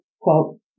Quote